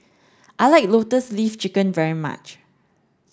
I like lotus leaf chicken very much